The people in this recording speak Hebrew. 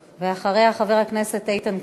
ואחריה, חבר הכנסת איתן כבל,